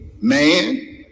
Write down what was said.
man